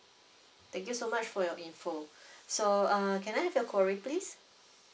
thank you so much for your info so uh can I have your query please